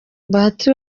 bahati